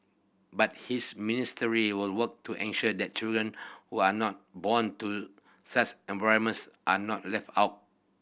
but his ministry will work to ensure that children who are not born to such environments are not left out